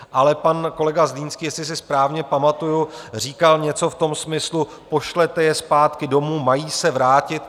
Ale pan kolega Zlínský, jestli si správně pamatuju, říkal něco v tom smyslu: pošlete je zpátky domů, mají se vrátit.